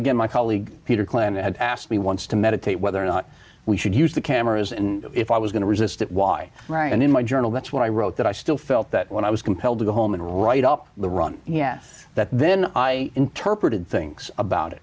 again my colleague peter clam had asked me once to meditate whether or not we should use the cameras and if i was going to resist it why write and in my journal that's what i wrote that i still felt that what i was compelled to go home and write up the run yes that then i interpreted things about it